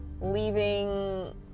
leaving